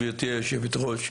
גברתי היושבת-ראש,